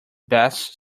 best